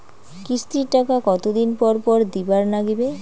কিস্তির টাকা কতোদিন পর পর দিবার নাগিবে?